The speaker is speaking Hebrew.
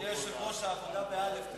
אדוני היושב-ראש, "העבודה" באל"ף.